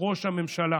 ראש הממשלה.